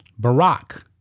Barack